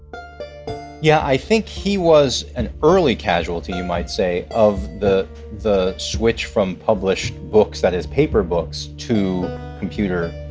yeah. i think he was an early casualty, you might say, of the the switch from published books that is, paper books to computer